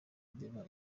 mbeba